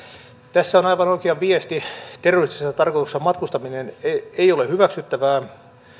tässä on aivan oikea viesti terroristisessa tarkoituksessa matkustaminen ei ole hyväksyttävää